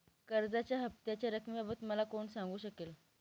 कर्जाच्या हफ्त्याच्या रक्कमेबाबत मला कोण सांगू शकेल?